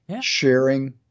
sharing